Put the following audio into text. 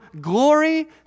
glory